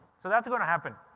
so that's going to happen.